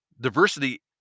diversity